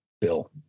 Bill